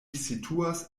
situas